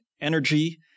energy